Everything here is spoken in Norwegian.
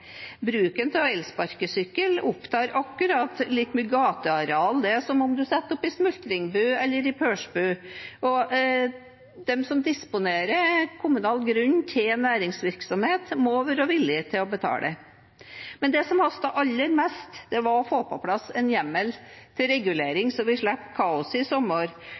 Bruken av elsparkesykkel opptar akkurat like mye gateareal som om man setter opp en smultring- eller pølsebod, og de som disponerer kommunal grunn til næringsvirksomhet, må være villige til å betale. Men det som hastet aller mest, var å få på plass en hjemmel til regulering, så vi slipper kaoset i sommer,